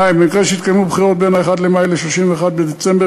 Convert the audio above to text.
2. במקרה שהתקיימו בחירות בין 1 במאי ל-31 בדצמבר,